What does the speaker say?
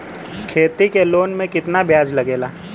खेती के लोन में कितना ब्याज लगेला?